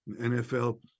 NFL